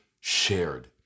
shared